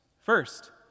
First